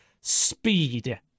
speed